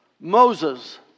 Moses